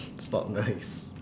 it's not nice